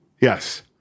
Yes